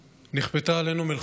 אני חושב על היום של עוד דקה,